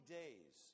days